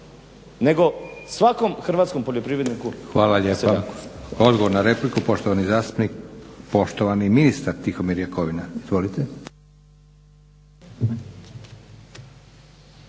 seljaku. **Leko, Josip (SDP)** Hvala lijepa. Odgovor na repliku poštovani zastupnik, poštovani ministar Tihomir Jakovina. Izvolite.